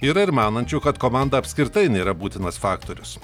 yra ir manančių kad komanda apskritai nėra būtinas faktorius